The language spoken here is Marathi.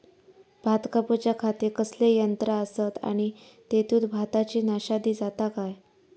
भात कापूच्या खाती कसले यांत्रा आसत आणि तेतुत भाताची नाशादी जाता काय?